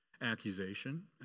accusation